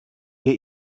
wir